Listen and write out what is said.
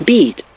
Beat